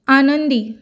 आनंदी